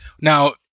Now